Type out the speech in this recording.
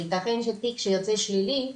ויתכן שתיק שיוצא שלילי,